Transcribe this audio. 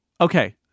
okay